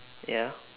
ya